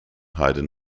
haydn